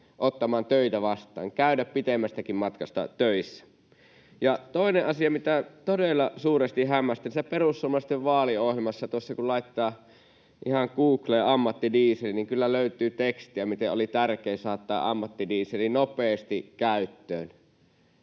ottamaan töitä vastaan, käymään pitemmästäkin matkasta töissä. Toinen asia, mitä todella suuresti hämmästelen perussuomalaisten vaaliohjelmassa: Kun laittaa ihan Googleen ”ammattidiesel”, niin kyllä löytyy tekstiä, miten oli tärkeää saada tämä ammattidiesel nopeasti käyttöön.